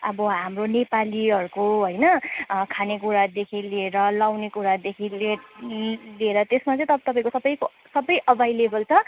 अब हाम्रो नेपालीहरूको होइन खानेकुरादेखि लिएर लगाउने कुरादेखि ले ले लिएर त्यसमा चाहिँ तप तपाईँको सबैको सबै एभाइलेबल छ